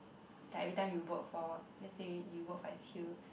like every time you work for lets say you work for S_Q